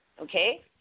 Okay